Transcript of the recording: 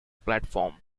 platform